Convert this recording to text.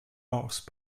horse